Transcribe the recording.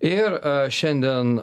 ir šiandien